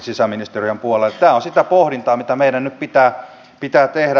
tämä on sitä pohdintaa mitä meidän nyt pitää tehdä